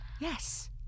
Yes